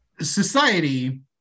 society